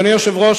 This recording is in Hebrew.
אדוני היושב-ראש,